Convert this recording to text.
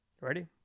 ready